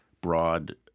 broad